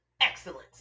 excellence